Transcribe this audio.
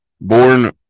born